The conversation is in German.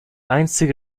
einzige